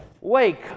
Wake